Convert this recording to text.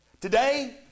Today